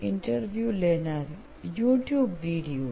interview લેનાર YouTube videos